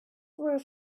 were